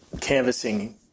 canvassing